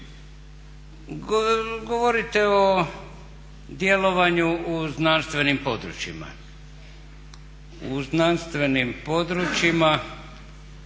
Govorite o djelovanju u znanstvenim područjima. U znanstvenim područjima